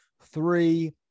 three